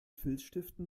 filzstiften